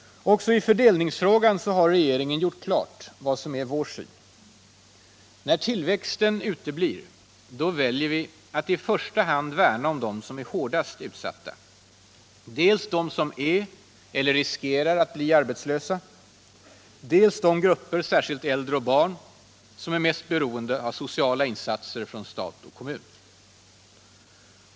Också i fördelningsfrågan har regeringen klargjort sin syn. När tillväxten uteblir väljer vi att i första hand värna om dem som är hårdast utsatta: dels de som är eller riskerar att bli arbetslösa, dels de grupper — Särskilt äldre och barn — som är mest beroende av sociala insatser från stat och kommun.